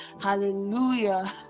hallelujah